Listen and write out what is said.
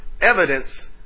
evidence